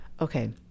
Okay